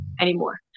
anymore